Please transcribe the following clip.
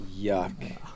Yuck